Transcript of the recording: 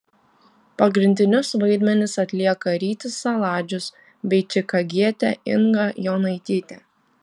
pagrindinius vaidmenis atlieka rytis saladžius bei čikagietė inga jonaitytė